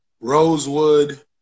Rosewood